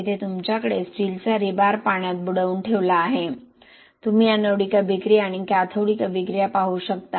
येथे तुमच्याकडे स्टीलचा रीबार पाण्यात बुडवून ठेवला आहे तुम्ही एनोडीक अभिक्रिया आणि कॅथोडिक अभिक्रिया पाहू शकता